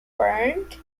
burned